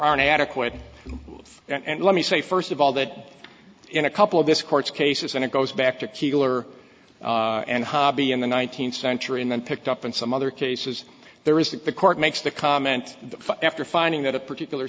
an adequate and let me say first of all that in a couple of this court's cases and it goes back to keeler and hobby in the nineteenth century and then picked up in some other cases there is that the court makes the comment after finding that a particular